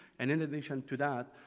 and in addition to that,